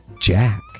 Jack